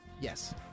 Yes